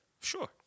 sure